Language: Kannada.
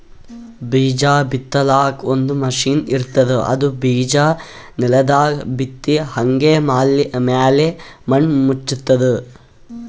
ಬೀಜಾ ಬಿತ್ತಲಾಕ್ ಒಂದ್ ಮಷಿನ್ ಇರ್ತದ್ ಅದು ಬಿಜಾ ನೆಲದಾಗ್ ಬಿತ್ತಿ ಹಂಗೆ ಮ್ಯಾಲ್ ಮಣ್ಣ್ ಮುಚ್ತದ್